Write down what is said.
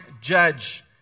judge